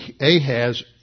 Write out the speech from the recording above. Ahaz